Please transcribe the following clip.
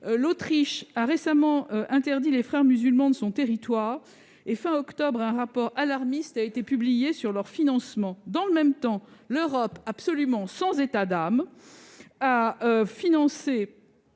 L'Autriche a récemment interdit les Frères musulmans sur son territoire et, fin octobre, un rapport alarmiste a été publié sur leur financement. Dans le même temps, l'Union européenne, sans aucun état d'âme, a financé